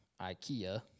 IKEA